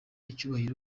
icyubahiro